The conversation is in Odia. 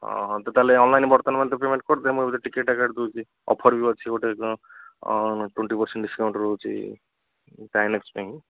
ହଁ ହଁ ତୁ ତା'ହେଲେ ଅନଲାଇନ୍ ବର୍ତ୍ତମାନ ପେମେଣ୍ଟ କରିଦେ ମୁଁ ଏବେ ଟିକେଟ୍ଟା କାଟି ଦେଉଛି ଅଫର୍ ବି ଅଛି ଗୋଟେ ଟ୍ୱେଣ୍ଟି ପରସେଣ୍ଟ୍ ଡିସ୍କାଉଣ୍ଟ ରହୁଛି ଆଇନକ୍ସ ପାଇଁ